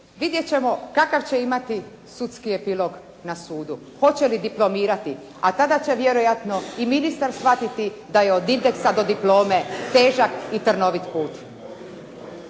vidjet ćemo kakav će imati sudski epilog na sudu? Hoće li diplomirati? A tada će vjerojatno i ministar shvatiti da je od indeksa do diplome težak i trnovit put.